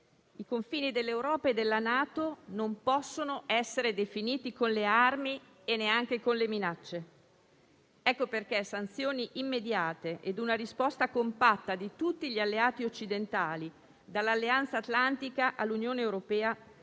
i confini dell'Europa e della NATO non possono essere definiti con le armi e neanche con le minacce. Ecco perché sanzioni immediate e una risposta compatta di tutti gli alleati occidentali - dall'Alleanza atlantica all'Unione europea